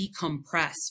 decompress